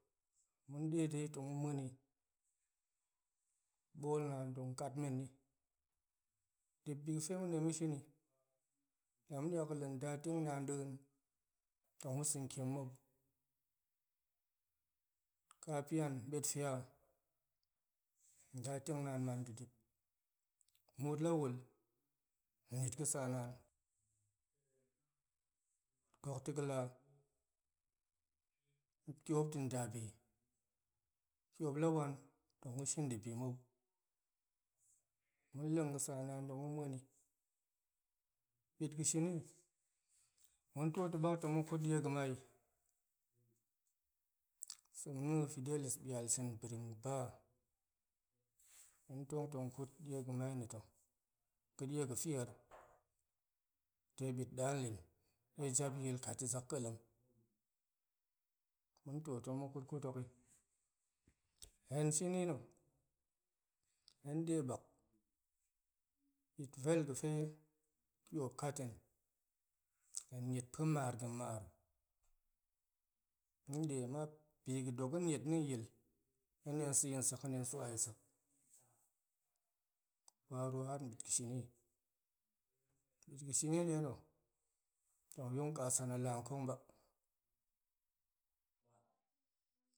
Ma̱ de dai tong ma̱ muani ɓool naan tong katmeni dip biga̱ demen tong ma̱ shini la ma̱ niak ga̱ la̱ nda teng naan dien tong ma̱ sa̱tiem mou, kapian ɓetfia nda teng naan man to dip muut la wul ma̱ niet ga̱ sa naan, gok ta̱ga̱ la tiop to nda bi tiop la wan ga̱ shin debi mou ma̱ lang ga̱sa naan tong ma̱ muani, bit ga̱ shini ma̱ tiot to bak tong ma̱ ƙut die ga̱mai sa̱m na̱ a fidelis bialsen birinba hen tong tong ƙut die ga̱mai na̱ to ga̱ die ga̱feir de bit dalin de jap ga̱yil ƙa̱leng, ma̱ tiot tong ma̱ ƙutƙut toki hen shini na̱ hen de bak bit vel ga̱fe tiop kat hen, hen niet pa̱ marga̱ mar hen de ma̱p bi ga̱ dok ga̱niet ni yil hen detong sa̱ sek he detong swa sek waru har bit ga̱ shini, bit ga̱ shini dena̱ tong yong kasan alakong ba,